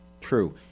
True